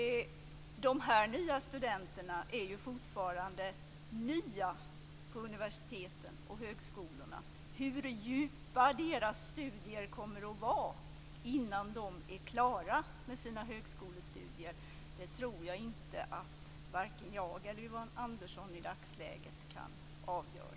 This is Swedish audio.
De nya studenterna är fortfarande nya på universiteten och högskolorna. Hur djupa deras studier kommer att vara innan de är klara med sina högskolestudier tror jag inte att vare sig jag eller Yvonne Andersson i dagsläget kan avgöra.